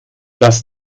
dass